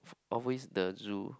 always the zoo